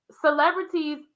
Celebrities